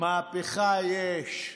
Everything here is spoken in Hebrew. מהפכה יש.